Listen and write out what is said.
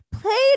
played